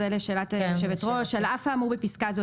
על אף האמור בפסקה זו,